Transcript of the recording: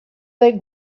they